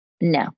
no